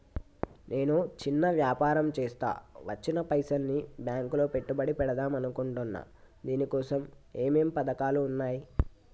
నేను చిన్న వ్యాపారం చేస్తా వచ్చిన పైసల్ని బ్యాంకులో పెట్టుబడి పెడదాం అనుకుంటున్నా దీనికోసం ఏమేం పథకాలు ఉన్నాయ్?